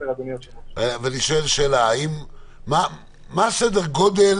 מה סדר גודל